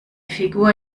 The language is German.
figur